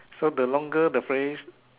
so the longer the phrase